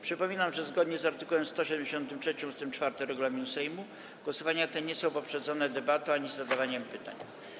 Przypominam, że zgodnie z art. 173 ust. 4 regulaminu Sejmu głosowania te nie są poprzedzone debatą ani zadawaniem pytań.